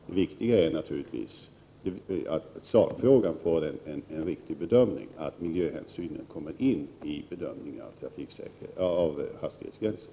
Det viktiga är naturligtvis att sakfrågan får en riktig bedömning, och att miljöhänsynen tas med vid bedömningen när beslut fattas om hastighetsgränser.